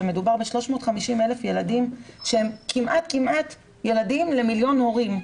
שהם 350,000 ילדים שהם ילדים למיליון הורים.